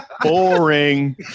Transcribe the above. Boring